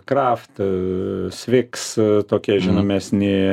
kraft sviks tokie žinomesni